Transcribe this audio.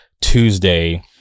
Tuesday